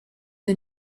the